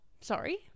sorry